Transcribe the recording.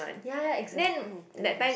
ya ya ya exactly